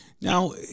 Now